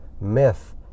myth